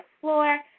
floor